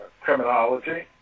criminology